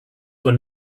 were